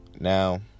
Now